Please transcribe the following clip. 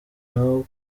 n’abo